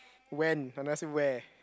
when I never say where